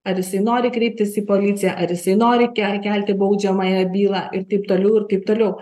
ar jisai nori kreiptis į policiją ar jisai nori kel kelti baudžiamąją bylą ir taip toliau ir taip toliau